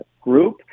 group